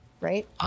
Right